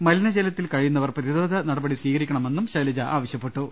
മലിനജലത്തിൽ കഴിയു ന്നവർ പ്രതിരോധ നടപടി സ്വീകരിക്കണമെന്നും ശൈലജ ആവ ശ്യപ്പെട്ടു